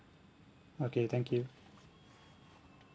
okay thank you